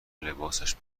لباسش